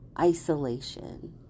isolation